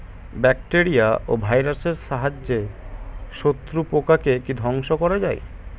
Bacteria ও ভাইরাসের সাহায্যে শত্রু পোকাকে কি ধ্বংস করা যায়?